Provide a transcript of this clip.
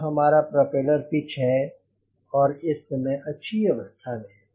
वह हमारा propeller pitch है और इस समय अच्छी अवस्था में है